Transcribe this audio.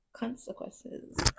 consequences